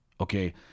Okay